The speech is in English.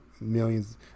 millions